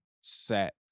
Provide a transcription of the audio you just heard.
set